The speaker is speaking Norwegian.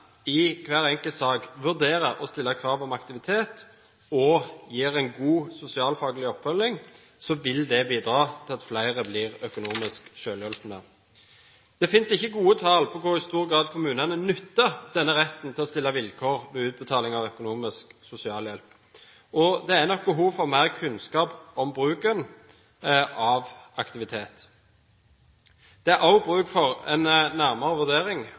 i hver enkelt sak vurderer å stille krav om aktivitet og gir en god sosialfaglig oppfølging, vil det bidra til at flere blir økonomisk selvhjulpne. Det finnes ikke gode tall på i hvor stor grad kommunene nytter denne retten til å sette vilkår ved utbetaling av økonomisk sosialhjelp. Det er behov for mer kunnskap om bruken av aktivitet. Det er også bruk for en nærmere vurdering